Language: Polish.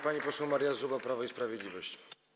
Pani poseł Maria Zuba, Prawo i Sprawiedliwość.